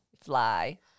Fly